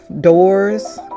doors